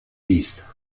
beast